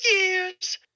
years